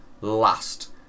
last